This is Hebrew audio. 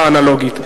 האנלוגית.